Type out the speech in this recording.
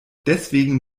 deswegen